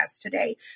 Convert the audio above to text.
today